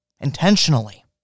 intentionally